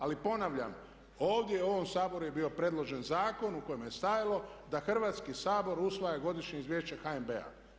Ali ponavljam ovdje u ovom Saboru je bio predložen zakon u kojem je stajalo da Hrvatski sabor usvaja godišnje izvješće HNB-a.